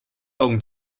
augen